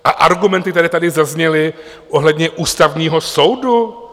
A argumenty, které tady zazněly ohledně Ústavního soudu?